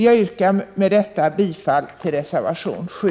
Jag yrkar därför bifall till reservation 7.